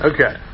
Okay